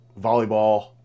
volleyball